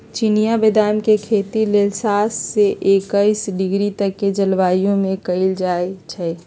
चिनियाँ बेदाम के खेती लेल सात से एकइस डिग्री तक के जलवायु में कएल जाइ छइ